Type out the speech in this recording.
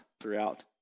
throughout